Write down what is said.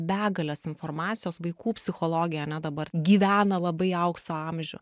begales informacijos vaikų psichologija dabar gyvena labai aukso amžių